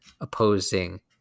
opposing